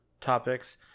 topics